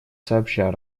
сообща